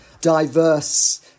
diverse